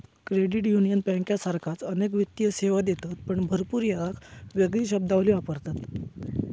credit union बँकांसारखाच अनेक वित्तीय सेवा देतत पण भरपूर येळेक येगळी शब्दावली वापरतत